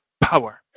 power